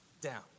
down